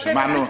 או שהם בבידוד.